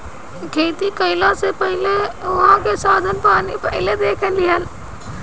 खेती कईला से पहिले उहाँ के साधन पानी पहिले देख लिहअ